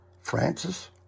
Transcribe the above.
Francis